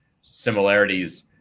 similarities